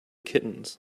kittens